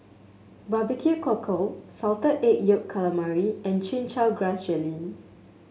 Barbecue Cockle Salted Egg Yolk Calamari and Chin Chow Grass Jelly